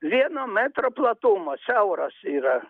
vieno metro platumo siauras yra